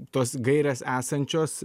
tos gairės esančios